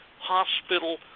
hospital